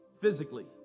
physically